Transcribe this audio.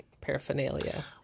paraphernalia